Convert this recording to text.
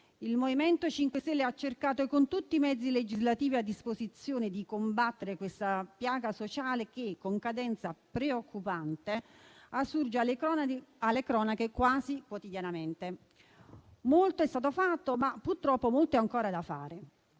Il MoVimento 5 Stelle ha cercato con tutti i mezzi legislativi a disposizione di combattere questa piaga sociale che, con cadenza preoccupante, assurge alle cronache quasi quotidianamente. Molto è stato fatto, ma purtroppo molto è ancora da fare.